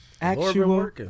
Actual